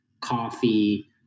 coffee